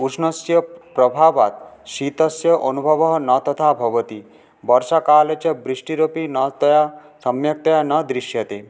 उष्णस्य प्रभावात् शीतस्य अनुभवः न तथा भवति वर्षाकाले च वृष्टिरपि न तया सम्यक्तया न दृश्यते